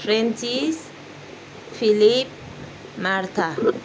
फ्रेन्चिज Philip Martha